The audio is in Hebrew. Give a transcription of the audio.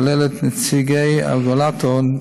הכוללת את נציגי הרגולטור,